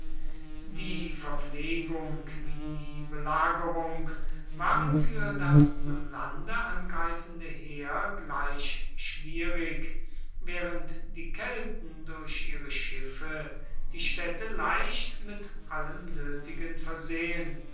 die verpflegung wie die belagerung waren für das zu lande angreifende heer gleich schwierig während die kelten durch ihre schiffe die städte leicht mit allem nötigen versehen